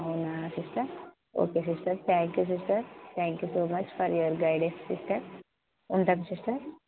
అవునా sister okay sister thank you sister thank you so much for your guidance sister ఉంటాం sister